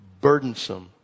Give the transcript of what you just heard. Burdensome